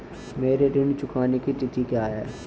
मेरे ऋण चुकाने की तिथि क्या है?